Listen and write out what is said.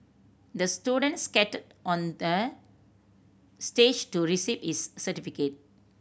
the student skated on the stage to receive his certificate